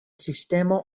sistemo